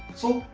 so,